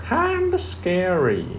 kinda scary